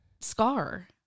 scar